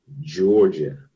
Georgia